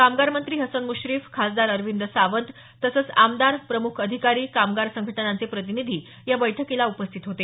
कामगार मंत्री हसन म्श्रीफ खासदार अरविंद सावंत तसंच आमदार प्रमुख अधिकारी कामगार संघटनांचे प्रतिनिधी या बैठकीला उपस्थित होते